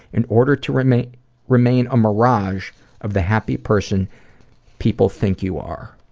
in order to remain remain a mirage of the happy person people think you are.